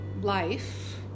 life